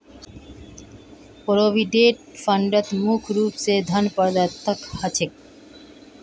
provident फंडत मुख्य रूप स धन प्रदत्त ह छेक